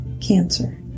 cancer